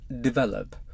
develop